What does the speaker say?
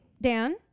Dan